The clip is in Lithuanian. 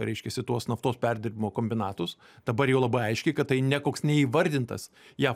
reiškiasi tuos naftos perdirbimo kombinatus dabar jau labai aiškiai kad tai ne koks neįvardintas jav